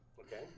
Okay